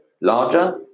larger